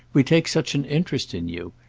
we take such an interest in you.